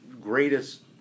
greatest